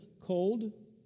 cold